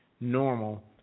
normal